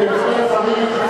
התש"ע 2010,